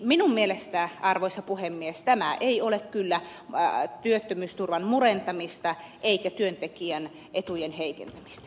minun mielestäni arvoisa puhemies tämä ei ole kyllä työttömyysturvan murentamista eikä työntekijän etujen heikentämistä